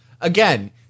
again